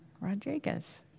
Rodriguez